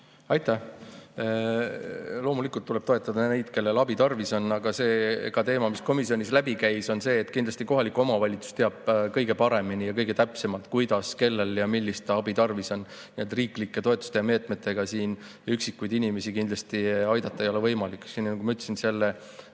Aitäh! Loomulikult tuleb toetada neid, kellel abi tarvis on. Aga ka see teema käis komisjonis läbi, et kindlasti kohalik omavalitsus teab kõige paremini ja kõige täpsemalt, kuidas, kellel ja millist abi tarvis on. Riiklike toetuste ja meetmetega üksikuid inimesi kindlasti aidata ei ole võimalik. Nagu ma ütlesin, selle